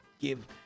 give